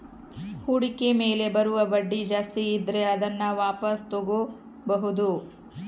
ಹೂಡಿಕೆ ಮೇಲೆ ಬರುವ ಬಡ್ಡಿ ಜಾಸ್ತಿ ಇದ್ರೆ ಅದನ್ನ ವಾಪಾಸ್ ತೊಗೋಬಾಹುದು